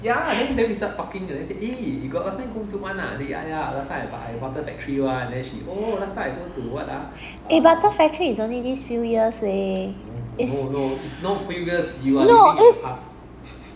eh butter factory is only these few years leh is no is